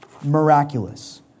miraculous